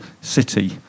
City